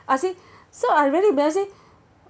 I say so I really but I say